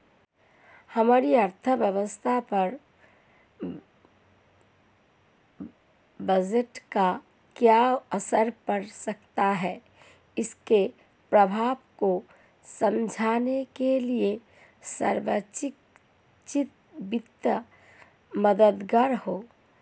हमारी अर्थव्यवस्था पर बजट का क्या असर पड़ सकता है इसके प्रभावों को समझने के लिए सार्वजिक वित्त मददगार है